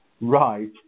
right